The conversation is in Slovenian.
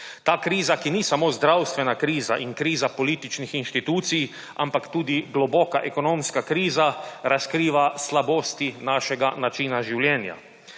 Ta kriza, ki ni samo zdravstvena kriza in kriza političnih inštitucij, ampak tudi globoka ekonomska kriza, razkriva slabosti našega načina življenja.